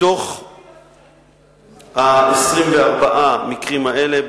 ל-24 המקרים האלה,